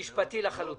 משפטי לחלוטין,